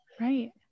Right